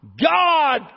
God